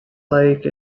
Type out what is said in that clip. lake